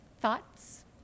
thoughts